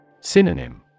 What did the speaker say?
Synonym